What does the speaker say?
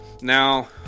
Now